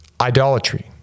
Idolatry